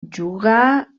jugà